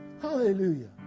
Hallelujah